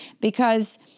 because-